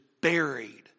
buried